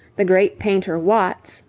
the great painter watts,